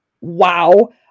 Wow